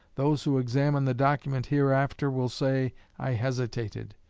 those who examine the document hereafter will say i hesitated.